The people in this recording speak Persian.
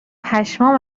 پشمام